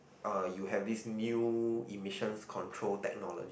uh you have this new emissions control technology